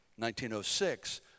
1906